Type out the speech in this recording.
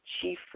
chief